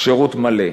שירות מלא.